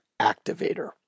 Activator